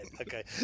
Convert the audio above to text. Okay